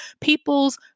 people's